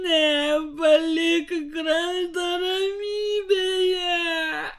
ne palik krantą ramybėje